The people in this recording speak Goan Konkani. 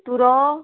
तुरो